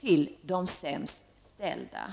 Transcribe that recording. till de sämst ställda.